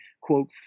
quote